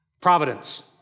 Providence